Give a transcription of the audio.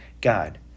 God